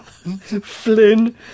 Flynn